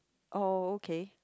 oh okay